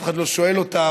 אף אחד לא שואל אותם,